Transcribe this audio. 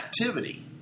activity